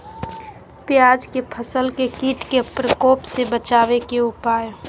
प्याज के फसल के कीट के प्रकोप से बचावे के उपाय?